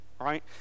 right